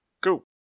go